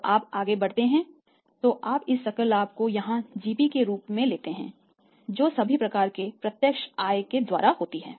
जब आप आगे बढ़ते हैं तो आप इस सकल लाभ को यहां जीपी के रूप में लेते हैं जो सभी प्रकार के अप्रत्यक्ष आय के द्वारा होती है